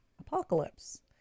apocalypse